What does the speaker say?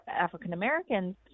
african-americans